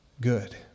good